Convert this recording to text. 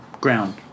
ground